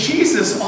Jesus